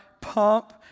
pump